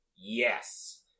Yes